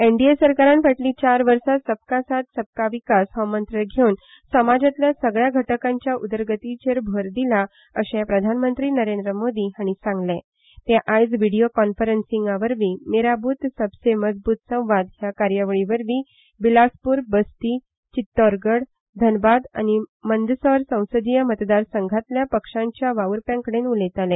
एनडीए सरकारान फाटलीं चार वर्सा सबका साथ सबका विकास हो मंत्र घेवन समाजांतल्या सगल्या घटकांच्या उदरगतीचे भर दिला अशें प्रधानमंत्री नरेंद्र मोदी हांणी सांगलें ते आयज व्हिडिओ कॉन्फरसींगावरवीं मेरा बूथ सबसे मजबूत संवाद ह्या कार्यावळी वरवीं बिलासपूर बस्ती चित्तोरगड धनबाद आनी मन्दसीर संसदीय मतदारसंघांतल्या पक्षांच्या वावूरप्यां कडेन उलयताले